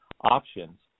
options